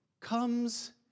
comes